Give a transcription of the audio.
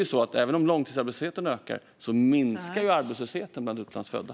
Även om långtidsarbetslösheten ökar minskar ju arbetslösheten bland utlandsfödda.